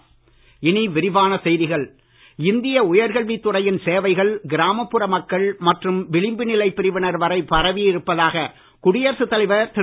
ராம்நாத் இந்திய உயர்கல்வித் துறையின் சேவைகள் கிராமப்புற மக்கள் மற்றும் விளிம்பு நிலைப் பிரிவினர் வரை பரவி இருப்பதாக குடியரசுத் தலைவர் திரு